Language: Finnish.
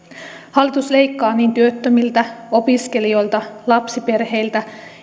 hallitus leikkaa niin työttömiltä opiskelijoilta lapsiperheiltä